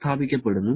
സ്ഥാപിക്കപ്പെടുന്നു